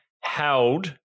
held